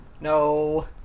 No